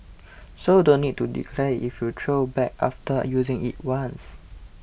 so don't need to declare if you throw bag after using it once